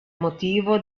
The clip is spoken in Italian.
motivo